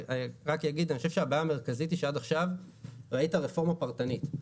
אני חושב שהבעיה המרכזית היא שעד עכשיו ראית רפורמה פרטנית.